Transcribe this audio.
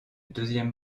deuxième